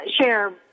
share